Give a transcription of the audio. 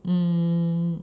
mm